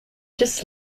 just